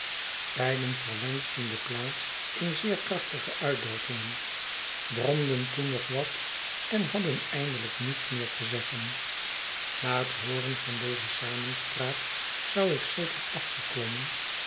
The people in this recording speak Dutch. beiden verwenschten'de plaats in zeer krachtige uitdrukkingen bromden toen nog wat en hadden eindelijk niets meer te zeggen na het hooren van deze samenspraak zou ik zeker afgeklommen